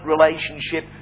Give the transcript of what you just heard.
relationship